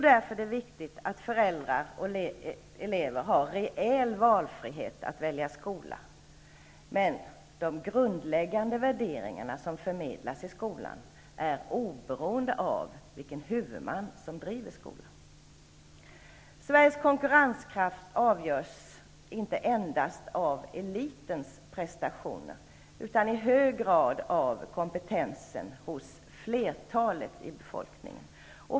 Därför är det viktigt att föräldrar och elever har reell valfrihet att välja skola. Men de grundläggande värderingarna som förmedlas i skolan är oberoende av vilken huvudman som driver skolan. Sveriges konkurrenskraft avgörs inte endast av elitens prestationer utan i hög grad av kompetensen hos flertalet i befolkningen.